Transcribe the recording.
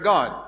God